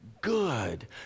good